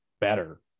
better